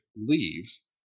leaves